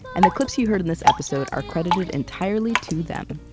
and the clips you heard in this episode are credited entirely to them.